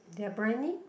their briyani